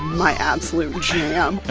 my absolute jam.